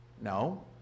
No